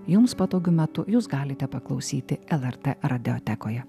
jums patogiu metu jūs galite paklausyti lrt radiotekoje